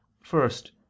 first